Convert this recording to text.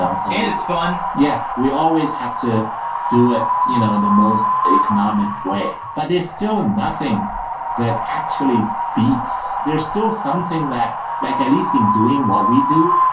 ah um so and it's fun. yeah. we always have to do it you know in the most economic way. but there's still nothing that actually beats there's still something that like at least in doing what we do,